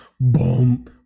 boom